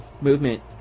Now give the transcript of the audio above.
movement